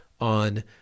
on